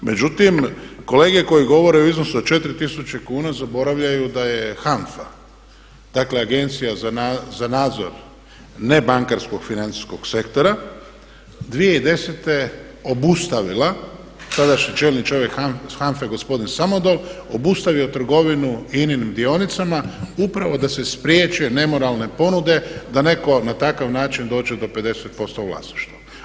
Međutim, kolege koji govore u iznosu od 4 tisuće kuna zaboravljaju da je HANFA, dakle agencija za nadzor ne bankarskog financijskog sektora, 2010. obustavila, tadašnji čelni čovjek gospodin Samodol obustavio trgovinu INA-nim dionicama upravo da se spriječe nemoralne ponude da netko na takav način dođe do 50% vlasništva.